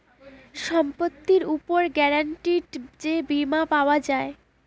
সম্পত্তির উপর গ্যারান্টিড যে বীমা পাওয়া যায়